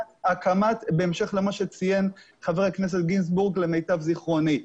בהמשך למה שציין חבר הכנסת גינזבורג למיטב זיכרוני.